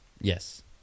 Yes